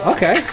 Okay